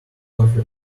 coffee